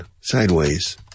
Sideways